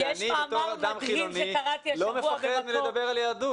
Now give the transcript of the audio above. שאני בתור אדם חילוני לא מפחד מלדבר על יהדות.